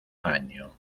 año